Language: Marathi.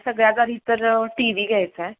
सगळ्यात आधी तर टी व्ही घ्यायचा आहे